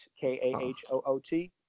K-A-H-O-O-T